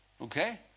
Okay